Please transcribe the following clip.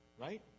right